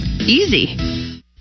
Easy